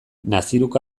naziruk